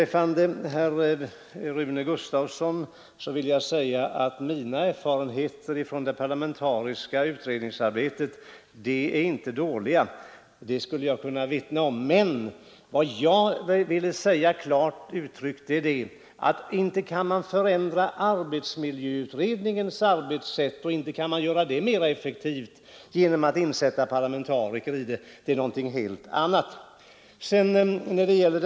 Till herr Gustavsson i Alvesta vill jag säga att mina erfarenheter från det parlamentariska utredningsarbetet inte är dåliga. Det skulle jag kunna vittna om. Men vad jag klart ville säga ifrån var att inte kan man förändra arbetsmiljöutredningens arbetssätt och göra det mera effektivt genom att insätta parlamentariker i utredningen. Det är något helt annat.